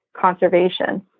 conservation